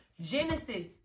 Genesis